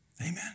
Amen